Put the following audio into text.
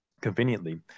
conveniently